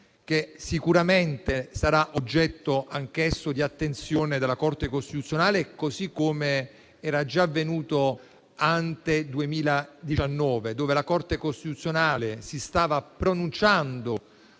che sicuramente sarà oggetto anch'esso di attenzione della Corte costituzionale, così come era già avvenuto ante 2019, allorquando la Corte costituzionale si stava pronunciando